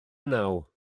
naw